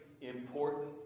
important